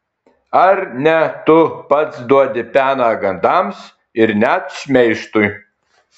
ar ne tu pats duodi peną gandams ir net šmeižtui